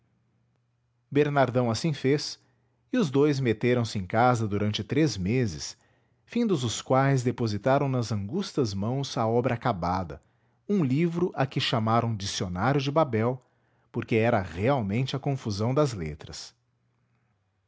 bernardão assim fez e os dous meteram se em casa durante três meses findos os quais depositaram nas angustas mãos a obra acabada um livro a que chamaram dicionário de babel porque era realmente a confusão das letras